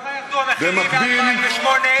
בכמה ירדו המחירים מ-2008?